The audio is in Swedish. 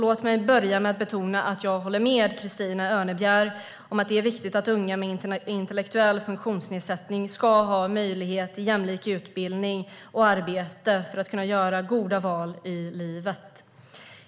Låt mig börja med att betona att jag håller med Christina Örnebjär om att det är viktigt att unga med intellektuell funktionsnedsättning ska ha möjlighet till jämlik utbildning och arbete för att kunna göra goda val i livet.